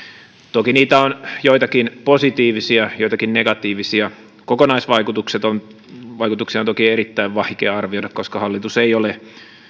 toki niitä on joitakin positiivisia ja joitakin negatiivisia kokonaisvaikutuksia on toki erittäin vaikea arvioida koska hallitus ei ole